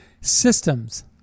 systems